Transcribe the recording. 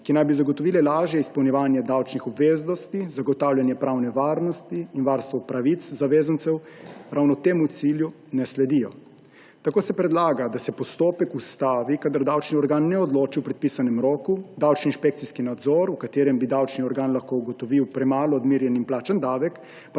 ki naj bi zagotovile lažje izpolnjevanje davčnih obveznosti, zagotavljanje pravne varnosti in varstvo pravic zavezancev, ravno temu cilju ne sledijo. Tako se predlaga, da se postopek ustavi, kadar davčni organ ne odloči v predpisanem roku, davčni inšpekcijski nadzor, v katerem bi davčni organ lahko ugotovil premalo odmerjen in plačan davek, pa